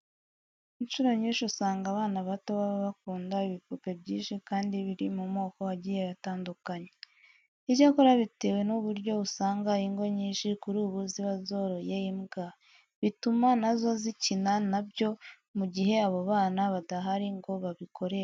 Incuro nyinshi usanga abana bato baba bakunda ibipupe byinshi kandi biri mu moko agiye atandukanye. Icyakora bitewe n'uburyo usanga ingo nyinshi kuri ubu ziba zoroye imbwa, bituma na zo zikina na byo mu gihe abo bana badahari ngo babikoreshe.